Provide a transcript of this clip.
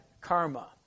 karma